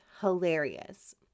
hilarious